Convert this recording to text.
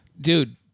dude